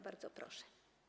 Bardzo proszę.